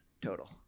total